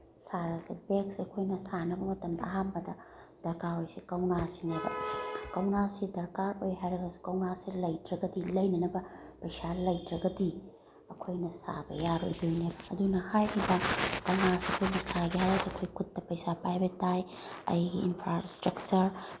ꯁꯥꯔꯁꯦ ꯕꯦꯒꯁꯦ ꯑꯩꯈꯣꯏꯅ ꯁꯥꯅꯕ ꯃꯇꯝꯗ ꯑꯍꯥꯟꯕꯗ ꯗꯔꯀꯥꯔ ꯑꯣꯏꯁꯦ ꯀꯧꯅꯥꯁꯤꯅꯦꯕ ꯀꯧꯅꯥꯁꯤ ꯗꯔꯀꯥꯔ ꯑꯣꯏ ꯍꯥꯏꯔꯒꯁꯨ ꯀꯧꯅꯥꯁꯦ ꯂꯩꯇ꯭ꯔꯒꯗꯤ ꯂꯩꯅꯅꯕ ꯄꯩꯁꯥ ꯂꯩꯇ꯭ꯔꯒꯗꯤ ꯑꯩꯈꯣꯏꯅ ꯁꯥꯕ ꯌꯥꯔꯣꯏꯗꯣꯏꯅꯦꯕ ꯑꯗꯨꯅ ꯍꯥꯏꯔꯤꯕ ꯀꯧꯅꯥꯁꯦ ꯑꯩꯈꯣꯏꯒꯤ ꯁꯥꯒꯦ ꯍꯥꯏꯔꯗꯤ ꯑꯩꯈꯣꯏꯒꯤ ꯈꯨꯠꯇ ꯄꯩꯁꯥ ꯄꯥꯏꯕ ꯇꯥꯏ ꯑꯩꯒꯤ ꯏꯟꯐ꯭ꯔꯥꯏꯁꯇ꯭ꯔꯛꯆꯔ